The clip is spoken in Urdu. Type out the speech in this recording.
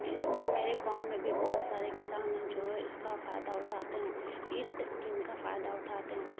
اس میں میرے گاؤں میں بھی بہت سارے کسان ہیں جو ہے اس کا فائدہ اٹھاتے ہیں اس اسکیم کا فائدہ اٹھاتے ہیں